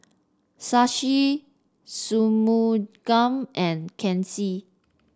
Shashi Shunmugam and Kanshi